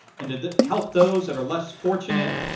and to help those that are less fortunate,